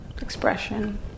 expression